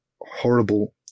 horrible